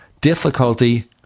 difficulty